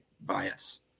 bias